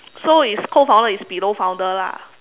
so it's co founder is below founder lah